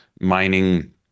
mining